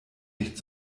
nicht